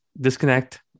disconnect